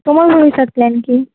তোমার ভবিষ্যৎ প্ল্যান কী